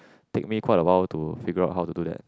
take me quite a lot to figure out how to do that